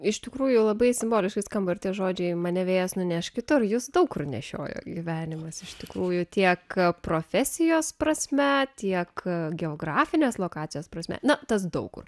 iš tikrųjų labai simboliškai skamba ir tie žodžiai mane vėjas nuneš kitur jus daug kur nešioja gyvenimas iš tikrųjų tiek profesijos prasme tiek geografinės lokacijos prasme na tas daug kur